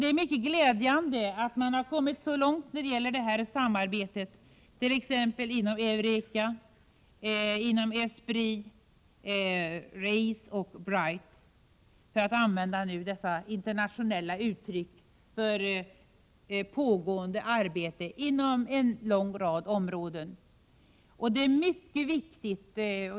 Det är mycket glädjande att man har kommit så långt när det gäller detta samarbete, inom t.ex. Eureka, ESPRIT, RACE och BRITE, för att använda dessa internationella uttryck för pågående arbete inom en lång rad områden.